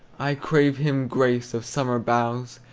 i crave him grace, of summer boughs,